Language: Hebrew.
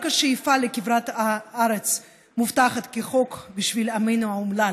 השאיפה לכברת ארץ מובטחת כחוק בשביל עמנו האומלל,